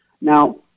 Now